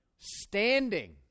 standing